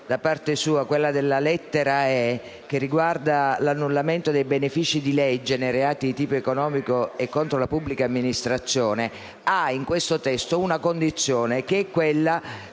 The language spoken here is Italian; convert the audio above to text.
dispositivo, che riguarda l'annullamento dei benefici di legge nei reati di tipo economico e contro la pubblica amministrazione, ha in questo testo una condizione, che è quella